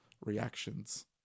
reactions